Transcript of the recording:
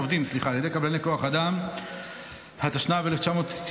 התשנ"ו 2006: